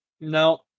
No